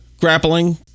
grappling